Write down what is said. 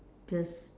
just